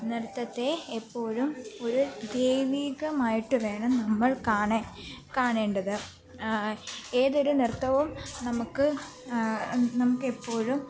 നൃത്തത്തെ എപ്പോഴും ഒരു ദൈവികമായിട്ട് വേണം നമ്മൾ കാണാൻ കാണേണ്ടത് ഏതൊരു നൃത്തവും നമുക്ക് നമുക്ക് എപ്പോഴും